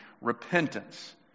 repentance